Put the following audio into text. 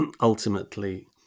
ultimately